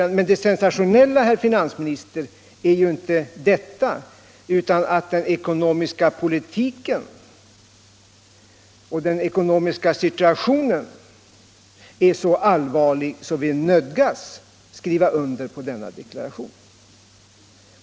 Det sensationella, herr finansminister, är inte detta utan att frågan om den ekonomiska politiken och den ekonomiska situationen är så allvarlig att vi från utskottets sida nödgats göra denna deklaration.